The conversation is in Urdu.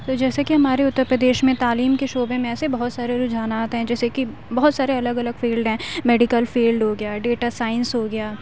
تو جیسے کہ ہمارے اتر پردیش میں تعلیم کے شعبے میں ایسے بہت سارے رجحانات ہیں جیسے کہ بہت سارے الگ الگ فیلڈ ہیں میڈیکل فیلڈ ہو گیا ڈیٹا سائنس ہو گیا